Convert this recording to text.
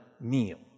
meal